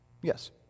Yes